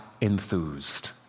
enthused